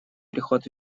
приход